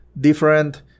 different